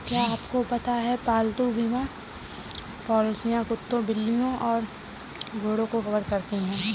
क्या आपको पता है पालतू बीमा पॉलिसियां कुत्तों, बिल्लियों और घोड़ों को कवर करती हैं?